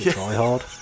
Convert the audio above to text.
tryhard